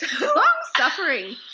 Long-suffering